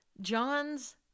John's